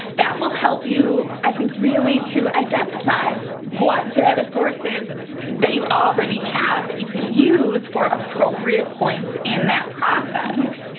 that will help you, i think, really to identify what data sources that you already have that you could use for appropriate points in that process.